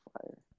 fire